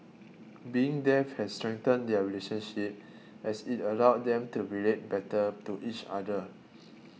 being deaf has strengthened their relationship as it allowed them to relate better to each other